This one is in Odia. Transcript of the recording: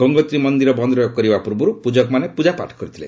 ଗଙ୍ଗୋତ୍ରୀ ମନ୍ଦିର ବନ୍ଦ କରିବା ପୂର୍ବରୁ ପୂଜକମାନେ ପୂଜାପାଠ କରିଥିଲେ